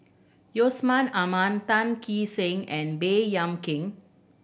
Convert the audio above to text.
Yusman Aman Tan Kee Sen and Baey Yam Keng